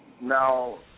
Now